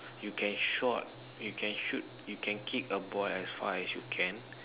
you can shot you can shoot you can kick a ball as far as you can